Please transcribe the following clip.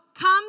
come